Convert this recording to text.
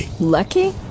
Lucky